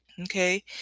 okay